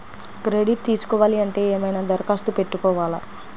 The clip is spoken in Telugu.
క్రెడిట్ తీసుకోవాలి అంటే ఏమైనా దరఖాస్తు పెట్టుకోవాలా?